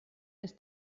ist